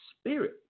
Spirit